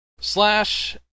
Slash